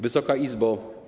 Wysoka Izbo!